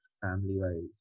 family-wise